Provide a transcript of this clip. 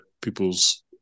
people's